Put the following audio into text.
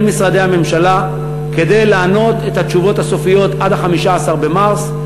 משרדי הממשלה כדי לענות את התשובות הסופיות עד 15 במרס.